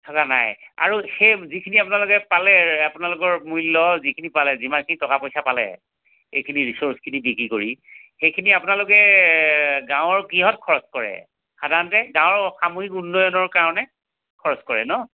থকা নাই আৰু সেই যিখিনি আপোনালোকে পালে আপোনালোকৰ মূল্য় যিখিনি পালে যিমানখিনি টকা পইচা পালে সেইখিনি ৰিচোৰ্চখিনি বিক্ৰী কৰি সেইখিনি আপোনালোকে গাঁৱৰ কিহত খৰচ কৰে সাধাৰণতে গাঁৱৰ সামৰিক উন্নয়ণৰ কাৰণে খৰচ কৰে ন